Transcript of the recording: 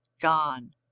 gone